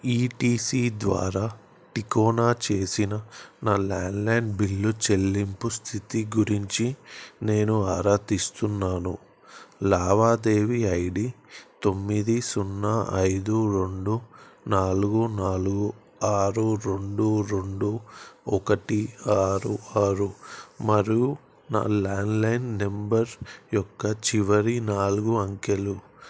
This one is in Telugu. ఈ టీ సీ ద్వారా టికోనా చేసిన నా ల్యాండ్లైన్ బిల్లు చెల్లింపు స్థితి గురించి నేను ఆరా తీస్తున్నాను లావాదేవీ ఐ డి తొమ్మిది సున్నా ఐదు రెండు నాలుగు నాలుగు ఆరు రెండు రెండు ఒకటి ఆరు ఆరు మరియు నా ల్యాండ్లైన్ నెంబర్ యొక్క చివరి నాలుగు అంకెలు